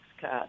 cut